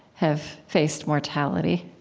have faced mortality.